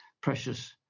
precious